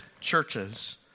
churches